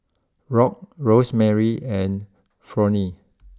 Rock Rosemarie and Fronnie